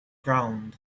ground